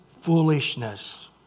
foolishness